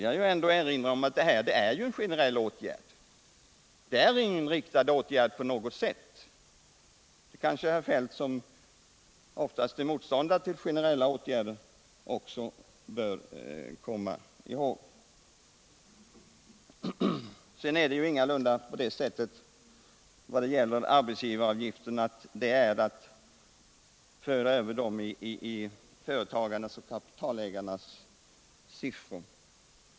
Jag vill därtill erinra om att detta är en generell åtgärd, inte på något sätt en riktad åtgärd. Det bör herr Feldt, som oftast är motståndare till generella åtgärder, komma ihåg. Avvecklingen av arbetsgivaravgiften innebär inte att pengarna förs över i företagarnas och kapitalägarnas fickor.